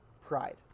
pride